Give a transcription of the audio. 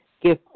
Give